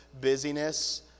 busyness